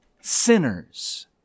sinners